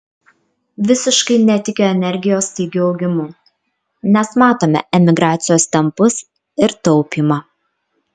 visiškai netikiu energijos staigiu augimu nes matome emigracijos tempus ir taupymą